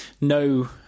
no